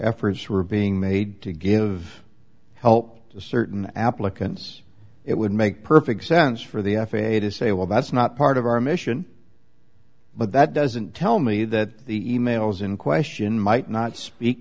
efforts were being made to give help to certain applicants it would make perfect sense for the f a a to say well that's not part of our mission but that doesn't tell me that the e mails in question might not speak